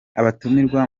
abatumirwa